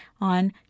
on